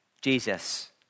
Jesus